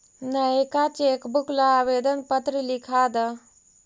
नएका चेकबुक ला आवेदन पत्र लिखा द